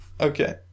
Okay